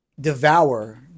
devour